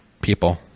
people